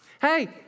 Hey